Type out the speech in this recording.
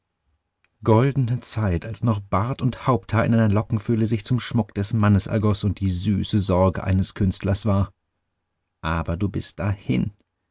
goldene zeit als noch bart und haupthaar in einer lockenfülle sich zum schmuck des mannes ergoß und die süße sorge eines künstlers war aber du bist dahin